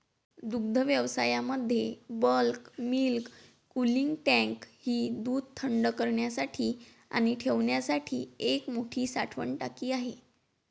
दुग्धव्यवसायामध्ये bulk milk cooling tank ही दूध थंड करण्यासाठी आणि ठेवण्यासाठी एक मोठी साठवण टाकी आहे